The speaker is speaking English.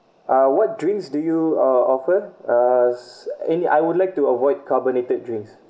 uh what drinks do you uh offer uh any I would like to avoid carbonated drinks